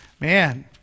Man